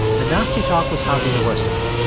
the nasty talk was hardly the worst of it.